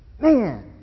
Man